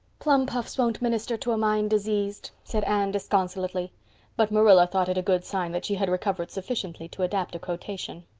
plum puffs won't minister to a mind diseased, said anne disconsolately but marilla thought it a good sign that she had recovered sufficiently to adapt a quotation.